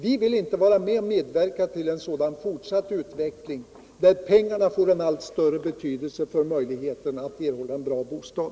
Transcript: Vi vill inte medverka till en sådan fortsatt utveckling, där pengarna får allt större betydelse för möjligheterna att erhålla en bra bostad.